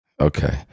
Okay